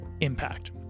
Impact